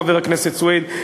חבר הכנסת סוייד,